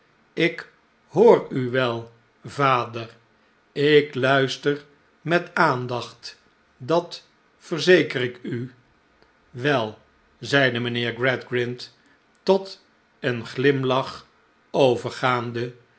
ik hoor u wel vader ik luister met aandacht dat verzeker ik u wel zeide mijnheer gradgrind tot een glimlach overgaande